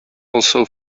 also